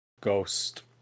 Ghost